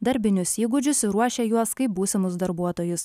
darbinius įgūdžius ir ruošia juos kaip būsimus darbuotojus